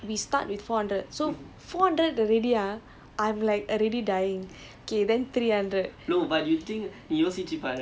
and I'm damn bad at four hundred and so it's just like especially when we start with four hundred so four hundred already ah